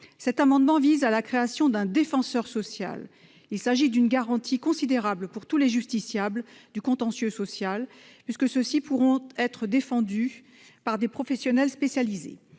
Cet amendement vise à créer un « défenseur social ». Ce serait une garantie considérable pour tous les justiciables du contentieux social, puisque ceux-ci pourraient être défendus par des professionnels spécialisés.